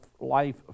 life